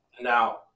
Now